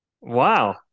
Wow